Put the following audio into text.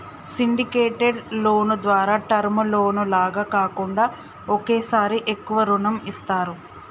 syndicated loan ద్వారా term loan లాగా కాకుండా ఒకేసారి ఎక్కువ రుణం ఇస్తారు